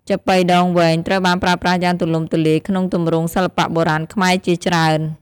ចាប៉ីដងវែង ត្រូវបានប្រើប្រាស់យ៉ាងទូលំទូលាយក្នុងទម្រង់សិល្បៈបុរាណខ្មែរជាច្រើន។